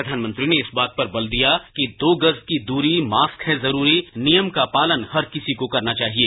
प्रधानमंत्री ने इस बात पर बल दिया कि दो गज की दूरी मास्क है जरूरी नियम का पालन हर किसी को करनाचाहिए